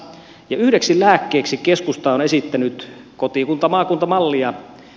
yhdeksi lääkkeeksi keskusta on esittänyt kotikuntamaakunta mallia